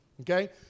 okay